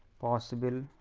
possible